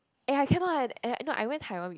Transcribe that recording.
eh I cannot eh no I went Taiwan with